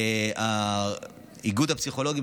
איגוד הפסיכולוגים,